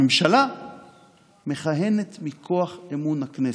הממשלה מכהנת מכוח אמון הכנסת,